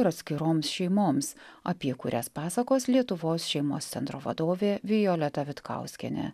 ir atskiroms šeimoms apie kurias pasakos lietuvos šeimos centro vadovė violeta vitkauskienė